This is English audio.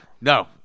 No